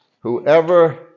Whoever